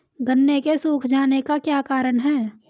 गन्ने के सूख जाने का क्या कारण है?